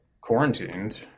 quarantined